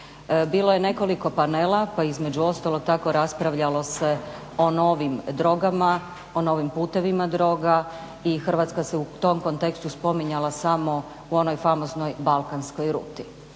Bilo je nekoliko panela pa između ostalog tako raspravljalo se o novim drogama o novim putevima droga i Hrvatska se u tom kontekstu spominjala samo u onoj famoznoj balkanskoj ruti